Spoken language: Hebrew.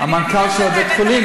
המנכ"ל של בית-החולים,